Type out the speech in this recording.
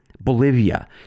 Bolivia